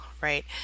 right